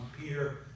Peter